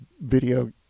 video